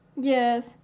Yes